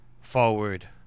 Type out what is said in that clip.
forward